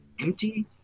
empty